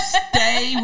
stay